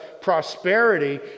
prosperity